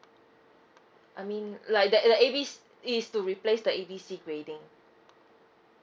I mean like that the A B C it's to replace the A B C grading